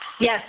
Yes